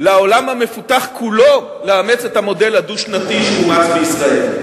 לעולם המפותח כולו לאמץ את המודל הדו-שנתי שאומץ בישראל.